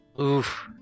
Oof